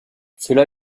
cela